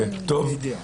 כן, טוב.